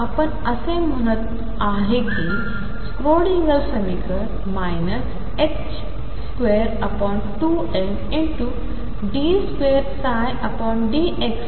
तर आपण असे म्हणत आहे की स्क्रोडिंगर समीकरण 22md2dx2VψEψ आहे